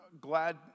glad